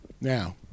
Now